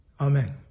Amen